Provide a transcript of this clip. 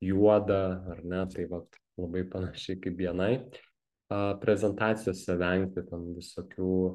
juoda ar ne tai vat labai panašiai kaip bni a prezentacijose vengti visokių